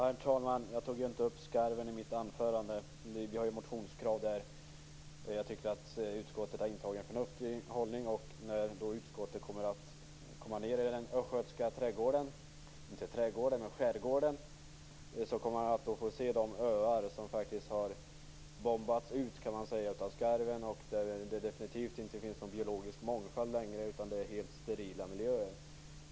Herr talman! Jag tog inte upp frågan om skarven i mitt anförande. Vi kristdemokrater har ett motionskrav angående denna fråga. Jag tycker att utskottet har intagit en förnuftig hållning. När man från utskottet kommer ned till den östgötska skärgården kommer man att få se de öar som har bombats ut, kan man säga, av skarven. Där finns det definitivt inte någon biologisk mångfald längre, utan det är helt sterila miljöer.